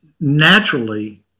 naturally